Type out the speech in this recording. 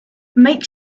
make